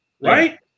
right